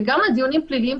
וגם על דיונים פליליים,